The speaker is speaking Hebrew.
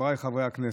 וחבריי חברי הכנסת,